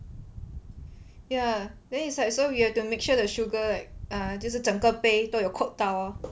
ya then it's like so we have to make sure the sugar like err 就是整个杯都有 coat 到